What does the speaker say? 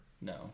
No